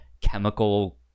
chemical